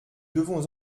devons